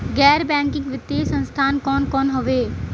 गैर बैकिंग वित्तीय संस्थान कौन कौन हउवे?